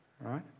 Right